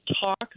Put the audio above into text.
Talk